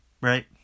Right